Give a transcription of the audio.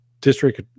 district